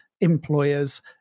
employers